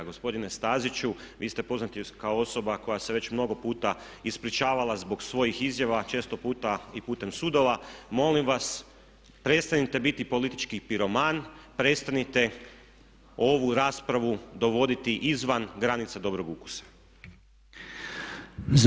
Gospodine Staziću vi ste poznati kao osoba koja se već mnogo puta ispričavala zbog svojih izjava, a često puta i putem sudova, molim vas prestanite biti politički piroman, prestanite ovu raspravu dovoditi izvan granica dobrog ukusa.